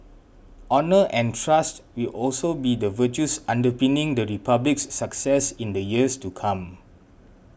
honour and trust will also be the virtues underpinning the Republic's success in the years to come